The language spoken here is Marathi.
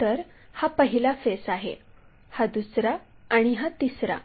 तर हा पहिला फेस आहे हा दुसरा हा तिसरा